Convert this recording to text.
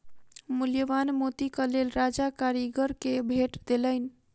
मूल्यवान मोतीक लेल राजा कारीगर के भेट देलैन